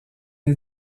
est